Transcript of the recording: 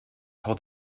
hold